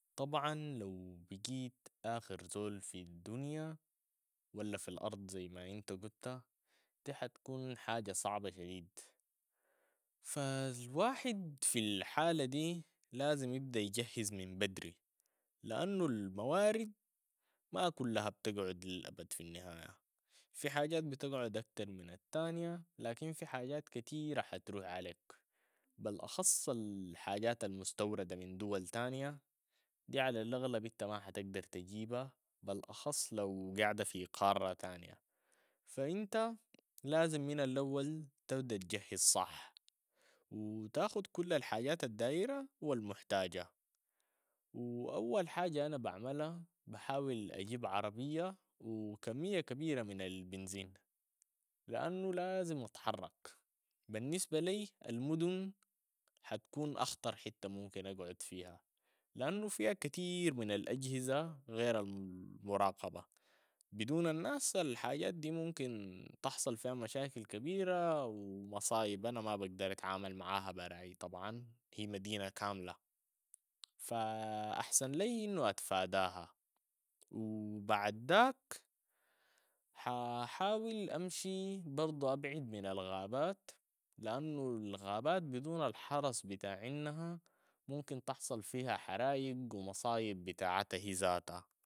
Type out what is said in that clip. طبعا لو بقيت اخر زول في الدنيا، ولا في الارض زي ما انت قلت، دي حتكون حاجة صعبة شديد، فالواحد في الحالة دي لازم يبدا يجهز من بدري، لانو الموارد ما كلها بتقعد للابد في النهاية، في حاجات بتقعد اكتر من التانية، لكن في حاجات كتيرة حتروح عليك، بلاخص الحاجات المستوردة من دول تانية، دي على الاغلب انت ما حتقدرتجيبها، بلاخص لو قاعد في قارة تانية، فانت لازم من الاول تبدا تجهز صح و تاخد كل الحاجات الدايرها و المحتاجها و اول حاجة انا بعملها بحاول اجيب عربية و كمية كبيرة من البنزين، لانو لازم اتحرك، بالنسبة لي المدن حتكون اخطر حتى ممكن اقعد فيها، لانو فيها كتير من الاجهزة غير ال- مراقبة، بدون الناس الحاجات دي ممكن تحصل فيها مشاكل كبيرة و مصايب انا ما بقدرت اتعامل معها براي طبعا، هي مدينة كاملة ف- احسن لي انو اتفاداها و بعد داك حاحاول امشي برضو ابعد من الغابات، لانو الغابات بدون الحرس بتاعنها ممكن تحصل فيها حرايق و مصايب بتاعتها ذاتها،